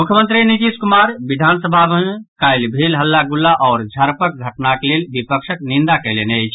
मुख्यमंत्री नीतीश कुमार विधान सभा मे काल्हि भेल हल्ला गुल्ला आओर झड़पक घटनाक लेल विपक्षक निंदा कयलनि अछि